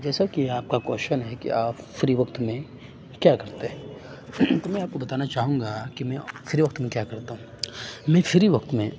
جیسا کہ آپ کا کوشن ہے کہ آپ فری وقت میں کیا کرتے ہیں تو میں آپ کو بتانا چاہوں گا کہ میں فری وقت میں کیا کرتا ہوں میں فری وقت میں